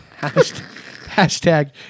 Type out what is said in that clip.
hashtag